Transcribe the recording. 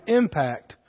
impact